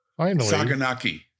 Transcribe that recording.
Saganaki